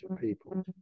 people